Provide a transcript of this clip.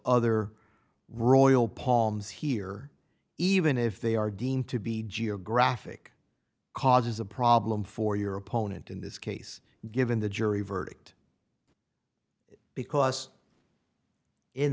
other royal paul is here even if they are deemed to be geographic causes a problem for your opponent in this case given the jury verdict because in